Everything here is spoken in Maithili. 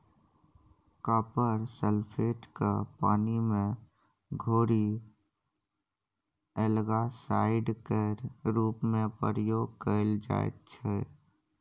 कॉपर सल्फेट केँ पानि मे घोरि एल्गासाइड केर रुप मे प्रयोग कएल जाइत छै